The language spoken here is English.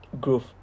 growth